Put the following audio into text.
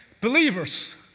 believers